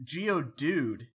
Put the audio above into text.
geodude